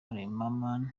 zimmerman